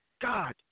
God